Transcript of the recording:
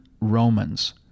Romans